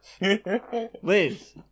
Liz